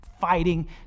fighting